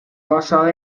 basada